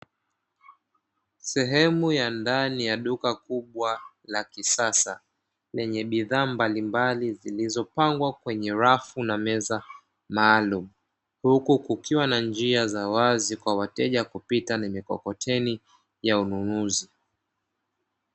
Sehemu ya ndani ya duka kubwa la kisasa, yenye bidhaa mbalimbali zilizopangwa kwenye rafu na meza maalumu. Huku kukiwa na njia za wazi wateja kupita na mikokoteni kupita ya ununuzi.